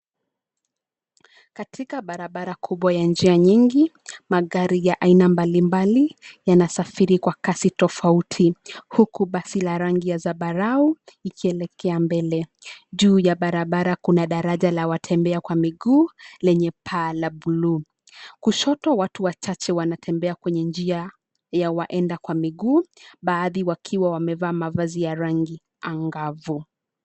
Katika barabara kubwa ya njia nyingi, magari ya aina mbalimbali, yanasafiri kwa kasi tofauti, huku basi la rangi ya zambarau, ikielekea mbele. Juu ya barabara kuna daraja la watembea kwa miguu, lenye paa la bluu. Kushoto watu wachache wanatembea kwenye njia, ya waenda kwa miguu, baadhi wakiwa wamevaa mavazi ya rangi angavu.